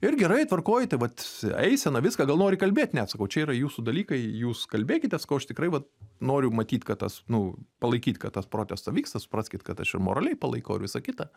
ir gerai tvarkoj tai vat eisena viską gal nori kalbėt ne sakau čia yra jūsų dalykai jūs kalbėkite sakau aš tikrai vat noriu matyt kad tas nu palaikyt kad tas protestas vyksta supraskit kad aš ir moraliai palaikau ir visa kita